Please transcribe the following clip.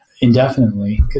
indefinitely